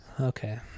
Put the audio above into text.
Okay